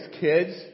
kids